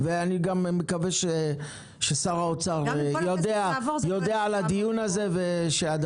אני מקווה ששר האוצר יודע על הדיון הזה ושמה